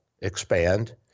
expand